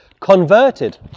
converted